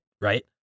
right